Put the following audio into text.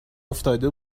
افتاده